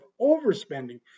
overspending